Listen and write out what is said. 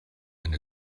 and